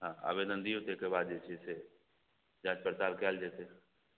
हँ आवेदन दिऔ ताहिके बाद जे छै से जाँच पड़ताल कएल जएतै